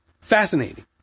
Fascinating